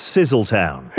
Sizzletown